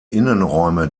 innenräume